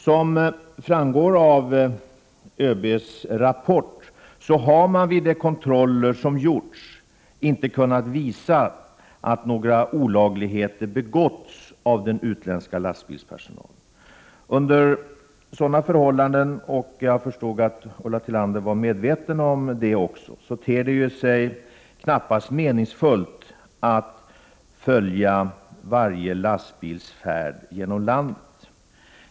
Som framgår av ÖB:s rapport har man vid de kontroller som gjorts inte kunnat visa att några olagligheter har begåtts av den utländska lastbilspersonalen. Under sådana förhållanden ter det sig knappast meningsfullt att följa varje lastbilsfärd genom landet, och jag förstår att Ulla Tillander också är medveten om det.